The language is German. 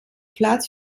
platz